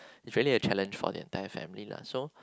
is really a challenge for the entire family lah so